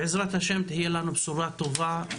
בעזרת השם תהיה לנו בשורה בנגב.